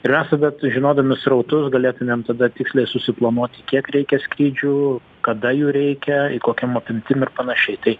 ir mes tada žinodami srautus galėtumėm tada tiksliai susiplanuoti kiek reikia skrydžių kada jų reikia ir kokiom apimtim ir panašiai tai